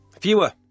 fewer